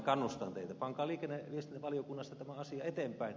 pankaa liikenne ja viestintävaliokunnasta tämä asia eteenpäin